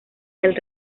del